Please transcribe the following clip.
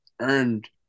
earned